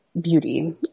beauty